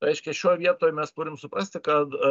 reiškia šioj vietoj mes turim suprasti kad